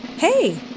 Hey